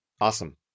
Awesome